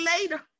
later